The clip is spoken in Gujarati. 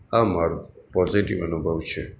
આ મારો પૉઝિટિવ અનુભવ છે